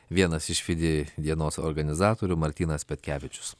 vienas iš fidi dienos organizatorių martynas petkevičius